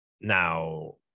now